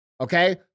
Okay